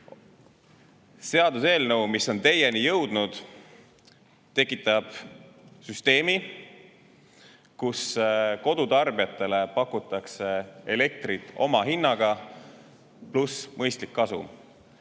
Seaduseelnõu, mis on teie kätte jõudnud, tekitab süsteemi, kus kodutarbijatele pakutakse elektrit omahinnaga, pluss mõistlik kasum.